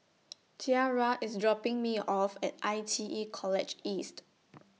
Tiarra IS dropping Me off At I T E College East